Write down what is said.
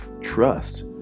trust